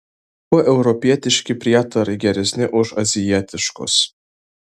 kuo europietiški prietarai geresni už azijietiškus